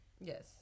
Yes